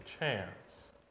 chance